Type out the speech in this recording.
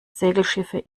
segelschiffe